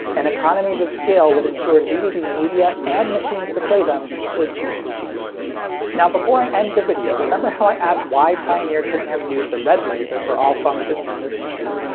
and economies of scale would ensure dvd media and machines to play them were cheap cheap cheap. now before i end the video, remember how i asked why pioneer couldn't have used the red laser for all functions in this machine?